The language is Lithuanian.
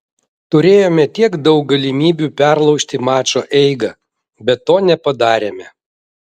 turėjome tiek daug galimybių perlaužti mačo eigą bet to nepadarėme